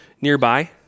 nearby